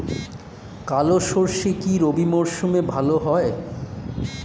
কালো সরষে কি রবি মরশুমে ভালো হয়?